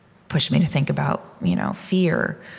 pushed me to think about you know fear,